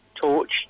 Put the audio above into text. torch